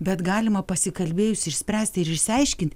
bet galima pasikalbėjus išspręst ir išsiaiškint